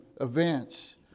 events